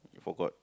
you forgot